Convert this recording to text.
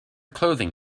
clothing